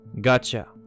Gotcha